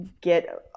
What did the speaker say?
get